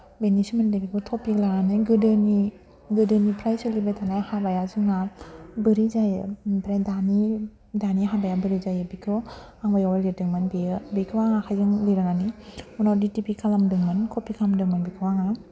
बेनि सोमोन्दै बेखौ टपिक लानानै गोदोनि गोदोनिफ्राय सोलिबाय थानाय हाबाया जोंहा बोरै जायो ओमफ्राय दानि दानि हाबाया बोरै जायो बेखौ आं बेयाव लिरदोंमोन बेयो बेखौ आं आखाइजों लिरनानै उनाव डि टि पि खालामदोंमोन कपि खालामदोंमोन बेखौ आङो